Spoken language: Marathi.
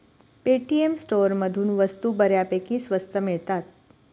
पेटीएम स्टोअरमधून वस्तू बऱ्यापैकी स्वस्त मिळतात